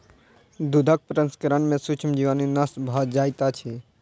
दूधक प्रसंस्करण में सूक्ष्म जीवाणु नष्ट भ जाइत अछि